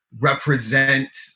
represent